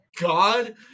God